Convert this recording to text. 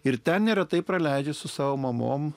ir ten neretai praleidžia su savo mamom